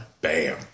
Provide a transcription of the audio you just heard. bam